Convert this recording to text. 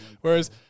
Whereas